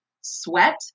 sweat